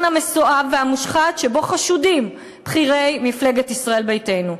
המסואב והמושחת שבו חשודים בכירי מפלגת ישראל ביתנו.